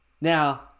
Now